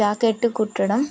jacket కుట్టడం